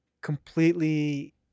completely